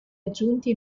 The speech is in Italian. aggiunti